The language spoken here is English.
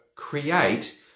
create